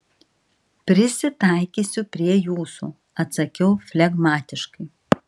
prisitaikysiu prie jūsų atsakiau flegmatiškai